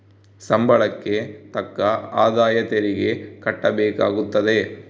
ಸಂಬಳಕ್ಕೆ ತಕ್ಕ ಆದಾಯ ತೆರಿಗೆ ಕಟ್ಟಬೇಕಾಗುತ್ತದೆ